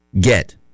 get